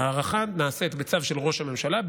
ההארכה נעשית בצו של ראש הממשלה,